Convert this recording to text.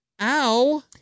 ow